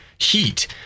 heat